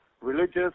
religious